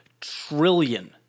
trillion